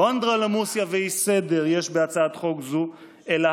לא אנדרלמוסיה ואי-סדר יש בהצעת חוק זו אלא